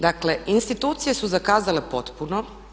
Dakle, institucije su zakazale potpuno.